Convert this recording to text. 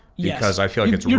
yeah because i feel like it's right